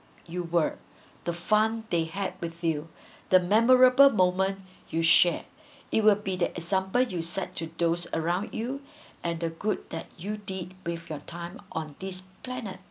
you were the fun they had with you the memorable moment you shared it will be the example you set to those around you and the good that you did with your time on this planet